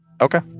Okay